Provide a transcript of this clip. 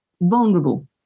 vulnerable